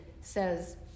says